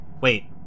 wait